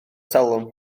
talwm